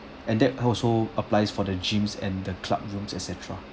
and that also applies for the gyms and the club rooms etcetera